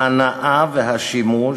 ההנאה והשימוש,